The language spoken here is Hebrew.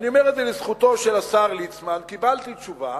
אני אומר זאת לזכותו של השר ליצמן, קיבלתי תשובה